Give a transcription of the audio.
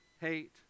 hate